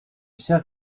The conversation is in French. chers